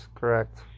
correct